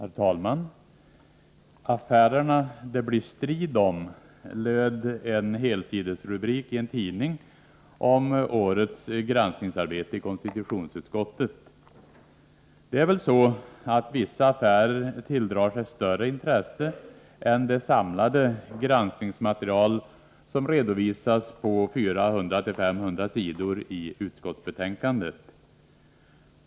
Herr talman! ”Affärerna det blir strid om”, löd en helsidesrubrik i en tidning om årets granskningsarbete i konstitutionsutskottet. Det är väl så att vissa affärer tilldrar sig större intresse än det samlade granskningsmaterial som redovisas på 400-500 sidor i utskottsbetänkandet.